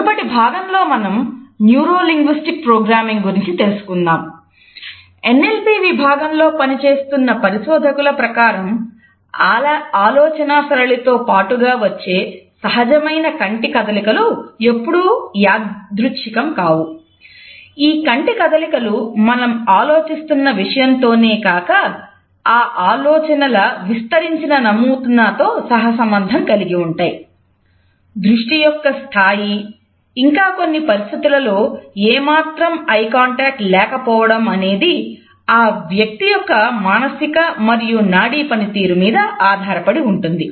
మునుపటి భాగంలో మనం న్యూరో లింగ్విస్టిక్ ప్రోగ్రామింగ్ లేకపోవడం అనేది ఆ వ్యక్తి యొక్క మానసిక మరియు నాడీ పనితీరు మీద ఆధారపడి ఉంటుంది